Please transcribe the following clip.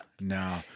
no